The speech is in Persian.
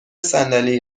صندلی